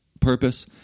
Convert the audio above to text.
purpose